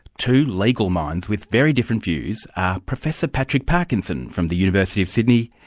two legal minds with very different views are professor patrick parkinson from the university of sydney,